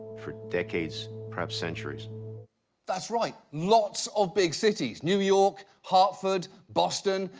for decades, perhaps centuries that's right, lots of big cities. new york, hartford, boston.